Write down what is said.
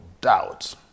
doubt